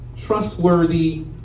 trustworthy